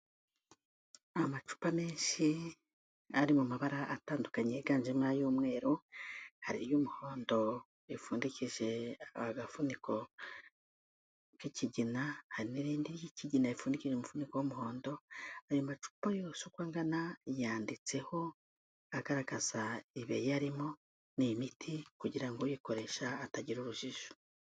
Amacupa menshi ari mu mabara atandukanye yiganjemo ay'umweru hari iry'umuhondo ripfundiki agafuniko k'ikigina hari n'irindi ry'ikigina ripfundikije umufuniko w'umuhondo, ayo macupa yose uko angana yanditseho agaragaza ibiyarimo, ni imiti kugira ngo uyikoresha atagira urujijo.